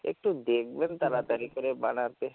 একটু দেখবেন তাড়াতাড়ি করে বানাতে